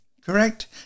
correct